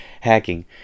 Hacking